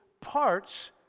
parts